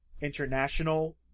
International